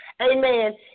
amen